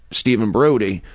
steven brody,